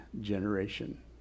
generation